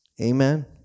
Amen